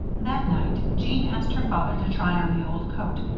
that night, jeanne asked her father to try on the old coat,